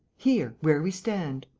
here, where we stand.